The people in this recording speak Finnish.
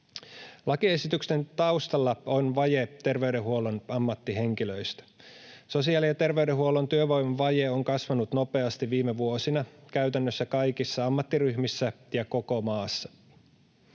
Lakiesityksen taustalla on vaje terveydenhuollon ammattihenkilöistä. Sosiaali‑ ja ter-veydenhuollon työvoimavaje on kasvanut nopeasti viime vuosina käytännössä kaikissa ammattiryhmissä ja koko maassa.